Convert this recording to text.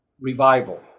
Revival